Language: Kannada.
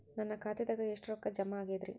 ನನ್ನ ಖಾತೆದಾಗ ಎಷ್ಟ ರೊಕ್ಕಾ ಜಮಾ ಆಗೇದ್ರಿ?